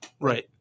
Right